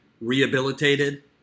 rehabilitated